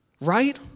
right